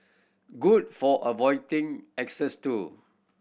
good for avoiding exes too